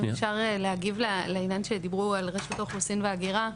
אם אפשר להגיב לעניין שדיברו על רשות האוכלוסין וההגירה,